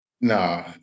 Nah